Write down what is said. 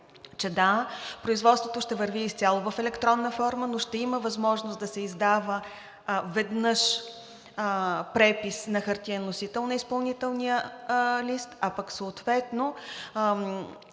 че да, производството ще върви изцяло в електронна форма, но ще има възможност да се издава веднъж препис на хартиен носител на изпълнителния лист, а пък съответно